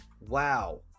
Wow